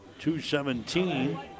217